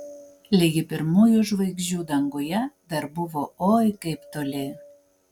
ligi pirmųjų žvaigždžių danguje dar buvo oi kaip toli